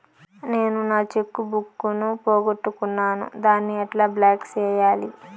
నేను నా cheque book ను పోగొట్టుకున్నాను దాన్ని ఎట్లా బ్లాక్ సేయాలి?